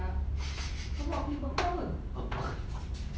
apa